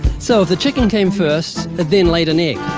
so, if the chicken came first, it then laid an egg,